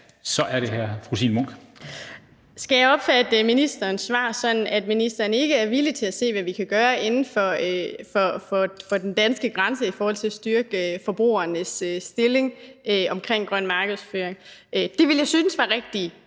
Munk. Kl. 14:20 Signe Munk (SF): Skal jeg opfatte ministerens svar sådan, at ministeren ikke er villig til at se på, hvad vi kan gøre inden for den danske grænse i forhold til at styrke forbrugernes stilling omkring grøn markedsføring? Det ville jeg synes var rigtig